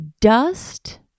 Dust